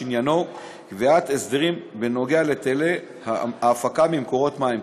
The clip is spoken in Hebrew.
שעניינו קביעת הסדרים בנוגע להיטלי ההפקה ממקורות מים.